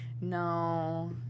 No